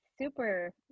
super